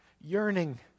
yearning